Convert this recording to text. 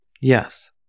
Yes